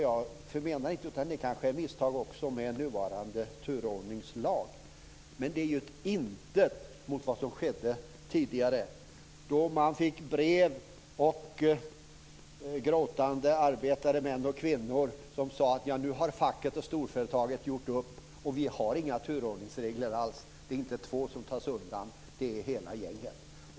Jag medger att det kan ske misstag också med nuvarande turordningslag, men det är ett intet mot vad som skedde tidigare. Då fick man fick brev, och gråtande arbetare - män och kvinnor - sade att facket och storföretaget har gjort upp. Vi har inga turordningsregler alls. Det är inte två som tas undan; det är hela gänget.